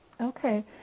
Okay